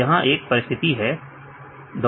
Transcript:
यहां एक परिस्थिति है 2